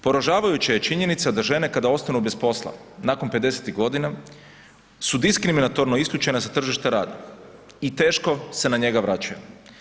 Poražavajuća je činjenica da žene kada ostanu bez posla nakon 50 godina su diskriminatorno isključena sa tržišta rada i teško se na njega vraćaju.